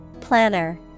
Planner